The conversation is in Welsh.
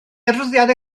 adroddiadau